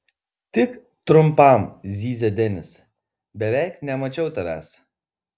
tik trumpam zyzia denis beveik nemačiau tavęs